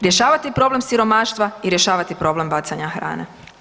Rješavati problem siromaštva i rješavati problem bacanja hrane.